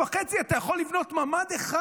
חודש וחצי אתה יכול לבנות ממ"ד אחד.